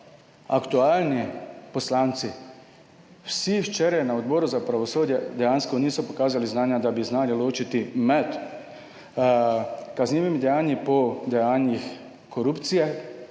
aktualni poslanci, vsi včeraj na Odboru za pravosodje dejansko niso pokazali znanja, da bi znali ločiti med kaznivimi dejanji po dejanjih korupcije,